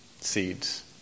seeds